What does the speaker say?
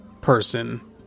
person